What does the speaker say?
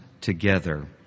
together